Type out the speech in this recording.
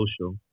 social